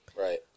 Right